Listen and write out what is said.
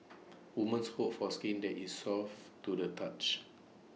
women hope for skin that is soft to the touch